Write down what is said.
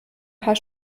paar